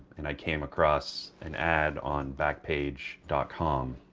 and i came across an ad on backpage com.